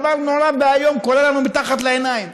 דבר נורא ואיום שקורה לנו מתחת לעיניים.